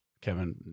Kevin